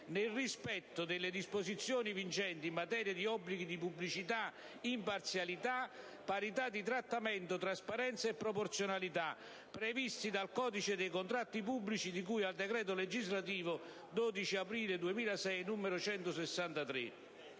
nel rispetto delle disposizioni vigenti in materia di obblighi di pubblicita, imparzialita, paritadi trattamento, trasparenza e proporzionalita previsti dal codice dei contratti pubblici di cui al decreto legislativo 12 aprile 2006, n.163,